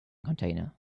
container